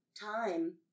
time